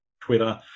Twitter